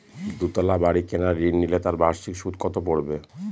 দুতলা বাড়ী কেনার ঋণ নিলে তার বার্ষিক সুদ কত পড়বে?